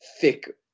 thick